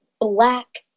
black